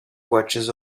watches